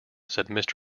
said